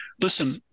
Listen